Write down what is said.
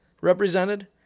represented